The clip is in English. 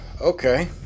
okay